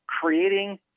creating